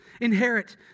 inherit